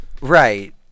Right